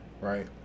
Right